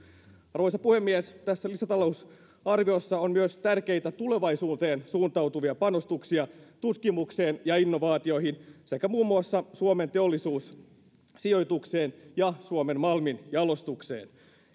arvoisa puhemies tässä lisätalousarviossa on myös tärkeitä tulevaisuuteen suuntautuvia panostuksia tutkimukseen ja innovaatioihin sekä muun muassa suomen teollisuussijoitukseen ja suomen malmijalostukseen